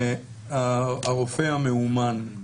הרופא המאומן,